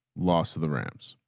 lost to the rams.